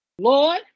Lord